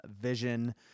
vision